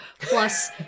Plus